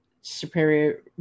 superior